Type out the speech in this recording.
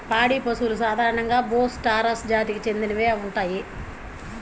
పాడి పశువులు సాధారణంగా బోస్ టారస్ జాతికి చెందినవే ఉంటాయి